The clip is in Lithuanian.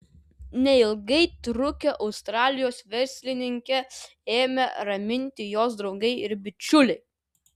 neilgai trukę australijos verslininkę ėmė raminti jos draugai ir bičiuliai